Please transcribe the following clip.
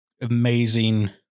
amazing